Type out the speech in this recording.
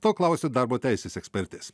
to klausiu darbo teisės ekspertės